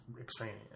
extraneous